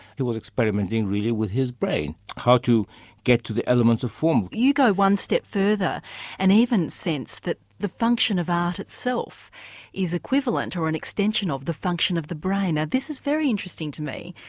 he was experimenting really with his brain how to get to the elements of form. you go one step further and even sense that the function of art itself is equivalent, or an extension of, the function of the brain. now this is very interesting to me.